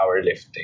powerlifting